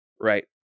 Right